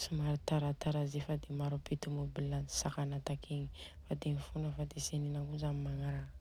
somary taratara ze fa maro be tomobile nisakana takegny. Fa de mifona fa de tsy anina koza aminy magnaraka.